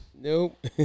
Nope